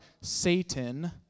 Satan